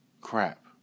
Crap